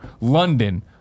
London